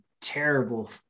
terrible